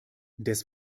des